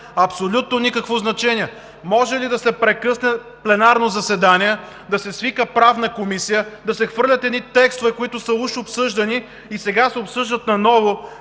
абсолютно никакво значение. Може ли да се прекъсне пленарно заседание, да се свика Правната комисия, да се хвърлят едни текстове, които са уж обсъждани и сега се обсъждат наново